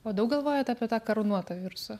o daug galvojat apie tą karūnuotą virusą